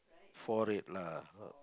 four red lah